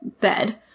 bed